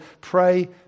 pray